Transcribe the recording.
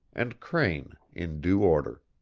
and crane in due order.